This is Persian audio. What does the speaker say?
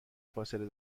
فاصله